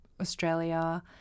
Australia